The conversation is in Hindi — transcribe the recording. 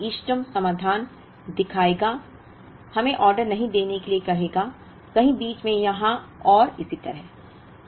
लेकिन फिर यहां इष्टतम समाधान दिखाएगा हमें ऑर्डर नहीं देने के लिए कहेगा कहीं बीच में यहां और इसी तरह